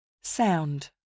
Sound